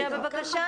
בבקשה,